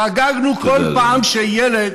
חגגנו כל פעם שילד